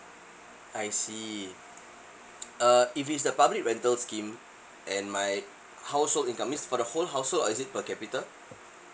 I see err if it's a public rental scheme and my household income means for the whole household or is it per capita